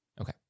okay